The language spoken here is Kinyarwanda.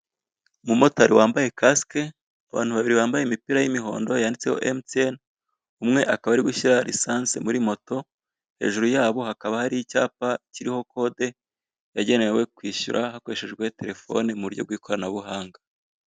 Umumotari wambaye kasike abantu babiri bambaye imipira y'imihondo yanditseho emutiyeni umwe akaba ari gushyira esanse muri moto, hejuru yabo hakaba hari icyapa kiriho kode yagenewe kwishyura hakoreshejwe telefone mu buryo bw'ikoranabuhanga.